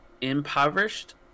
impoverished